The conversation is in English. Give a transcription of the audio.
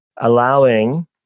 allowing